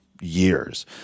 years